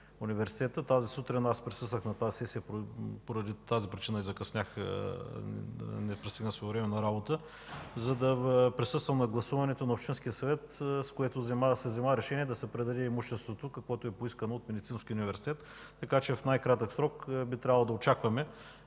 Университета, тази сутрин присъствах на сесията, поради тази причина и закъснях, не пристигнах своевременно на работа, за да присъствам на гласуването на Общинския съвет, с което се взе решение да се предаде имуществото, както е поискано от Медицинския университет. Така че в най-кратък срок би трябвало да очакваме